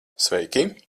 sveiki